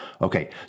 Okay